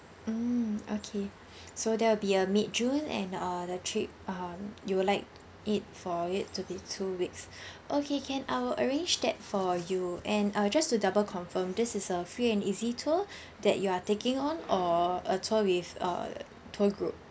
mm okay so that will be a mid june and uh the trip um you will like it for it to be two weeks okay can I'll arrange that for you and uh just to double confirm this is a free and easy tour that you are taking on or a tour with uh tour group